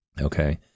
Okay